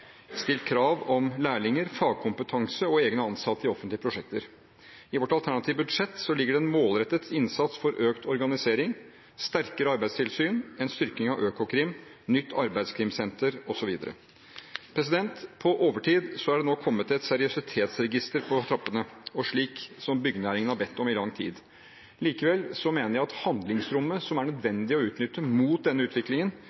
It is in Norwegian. stilt krav om lærlinger, fagkompetanse og egne ansatte i offentlige prosjekter. I vårt alternative budsjett ligger det en målrettet innsats for økt organisering, sterkere arbeidstilsyn, styrking av Økokrim, nytt arbeidskrimsenter, osv. På overtid er det nå et seriøsitetsregister på trappene – slik byggenæringen har bedt om i lang tid. Likevel mener jeg at handlingsrommet som det er nødvendig å utnytte mot denne utviklingen,